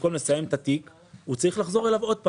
במקום לסיים את התיק הוא צריך לחזור אליו עוד פעם,